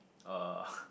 uh